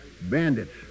bandits